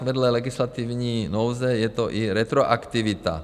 Vedle legislativní nouze je to i retroaktivita.